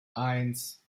eins